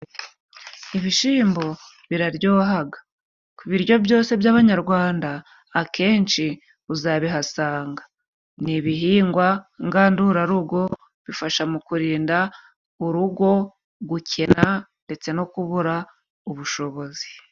Ibishimbo biraryohaga, ku biryo byose by'abanyarwanda akenshi uzabihasanga, ni ibihingwa ngandurarugo bifasha mu kurinda urugo gukena, ndetse no kubura ubushobozi.